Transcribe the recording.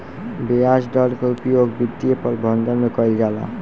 ब्याज दर के प्रयोग वित्तीय प्रबंधन में कईल जाला